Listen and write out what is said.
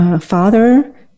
Father